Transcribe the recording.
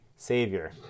savior